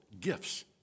gifts